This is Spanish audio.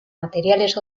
materiales